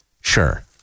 Sure